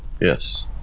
Yes